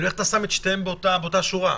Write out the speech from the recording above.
איך אתה שם את שניהם באותה שורה?